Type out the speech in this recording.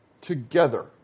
together